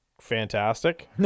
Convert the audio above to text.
fantastic